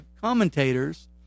commentators